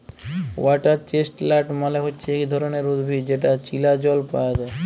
water chestnut মালে হচ্যে ইক ধরণের উদ্ভিদ যেটা চীলা জল পায়া যায়